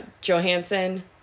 Johansson